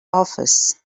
office